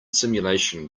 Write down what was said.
simulation